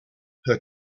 her